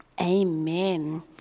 Amen